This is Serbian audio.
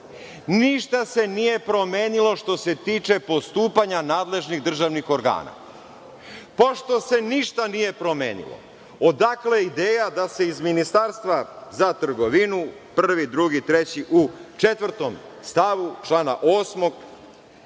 ništa se nije promenilo što se tiče postupanja nadležnih državnih organa. Pošto se ništa nije promenilo, odakle ideja da se iz Ministarstva za trgovinu prvi, drugi, treći, u četvrtom stavu člana 8.